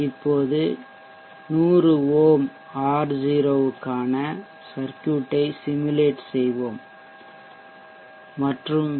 இப்போது 100 ohm R 0 க்கான circuit ஐ சிமுலேட் செய்வோம் மற்றும் வி